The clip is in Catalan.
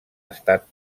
estat